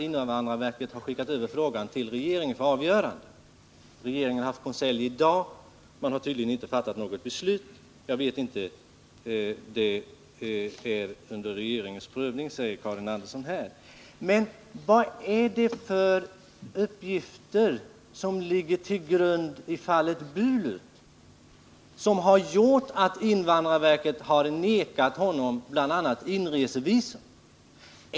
Invandrarverket har skickat över frågan till regeringen för avgörande. Nr 90 Regeringen har haft konselj i dag, men man har tydligen inte fattat något Torsdagen den beslut. Fallet är under regeringens prövning, säger Karin Andersson. Men = 21 februari 1980 man måste fråga sig vad det är för uppgifter som ligger till grund för att invandrarverket vägrat Hassan Bulut bl.a. inresevisum.